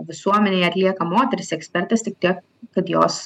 visuomenėje atlieka moterys ekspertės tik tiek kad jos